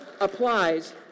applies